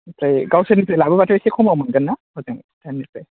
ओमफ्राय गावसोरनिफ्राय लाबोबाथ' एसे खमाव मोनगोन ना हजों भुटाननिफ्राय